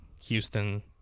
Houston